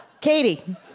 Katie